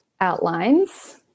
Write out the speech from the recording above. outlines